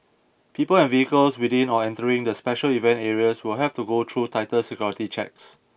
people and vehicles within or entering the special event areas will have to go through tighter security checks